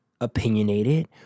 opinionated